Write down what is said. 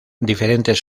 diferentes